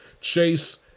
Chase